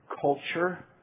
culture